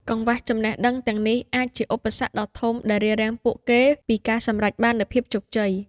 កង្វះចំណេះដឹងទាំងនេះអាចជាឧបសគ្គដ៏ធំដែលរារាំងពួកគេពីការសម្រេចបាននូវភាពជោគជ័យ។